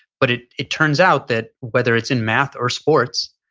but it it turns out that whether it's in math or sports,